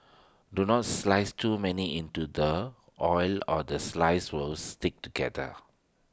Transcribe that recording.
do not slice too many into the oil or the slices will stick together